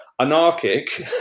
anarchic